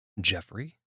Jeffrey